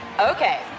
Okay